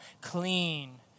clean